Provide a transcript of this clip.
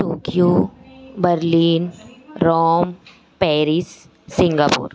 Tokyo Berlin Rome Paris Singapore